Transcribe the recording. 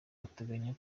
ateganya